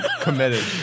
committed